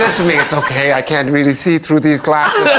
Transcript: to me it's okay. i can't really see through these glass